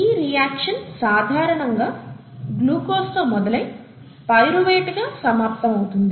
ఈ రియాక్షన్ సాధారణంగా గ్లూకోస్ తో మొదలయి పైరువేట్ గా సమాప్తమవుతుంది